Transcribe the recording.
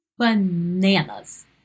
bananas